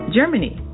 Germany